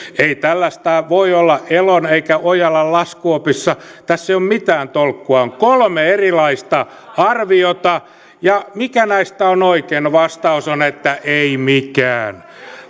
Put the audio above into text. ei tällaista voi olla elon eikä ojalan laskuopissa tässä ei ole mitään tolkkua on kolme erilaista arviota ja mikä näistä on oikein no vastaus on että ei mikään